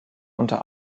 unter